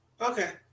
Okay